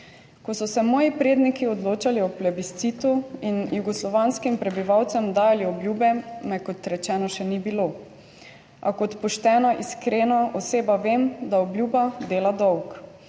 Ko so se moji predniki odločali o plebiscitu in jugoslovanskim prebivalcem dajali obljube, me, kot rečeno, še ni bilo, a kot poštena, iskrena oseba vem, da obljuba dela dolg.